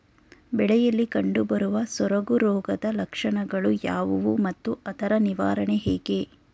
ಬೆಳೆಯಲ್ಲಿ ಕಂಡುಬರುವ ಸೊರಗು ರೋಗದ ಲಕ್ಷಣಗಳು ಯಾವುವು ಮತ್ತು ಅದರ ನಿವಾರಣೆ ಹೇಗೆ?